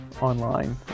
online